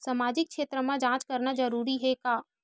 सामाजिक क्षेत्र म जांच करना जरूरी हे का?